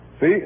See